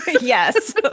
Yes